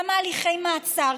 כמה הליכי מעצר?